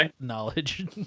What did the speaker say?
knowledge